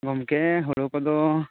ᱜᱚᱝᱠᱮ ᱦᱩᱲᱩ ᱠᱚᱫᱚ